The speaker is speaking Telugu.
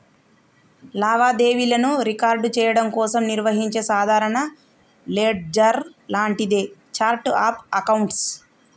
లావాదేవీలను రికార్డ్ చెయ్యడం కోసం నిర్వహించే సాధారణ లెడ్జర్ లాంటిదే ఛార్ట్ ఆఫ్ అకౌంట్స్